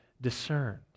discerned